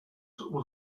was